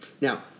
Now